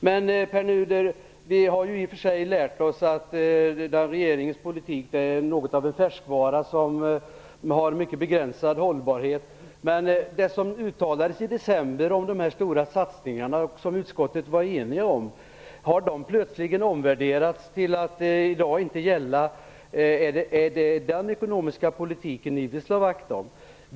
Vi har, Pär Nuder, i och för sig lärt oss att regeringens politik är något av en färskvara som har en mycket begränsad hållbarhet, men har det som uttalades i december om de här stora satsningarna, som utskottet var enigt om, plötsligen omvärderats till att i dag inte gälla? Är det den ekonomiska politik ni vill slå vakt om?